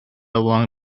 along